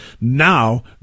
Now